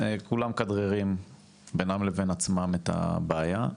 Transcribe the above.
כולם מכדררים בינם לבין עצמם את הבעיה.